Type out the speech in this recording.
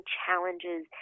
challenges